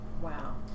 Wow